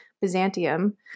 Byzantium